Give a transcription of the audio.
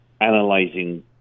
Analyzing